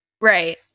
Right